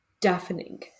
deafening